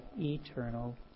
eternal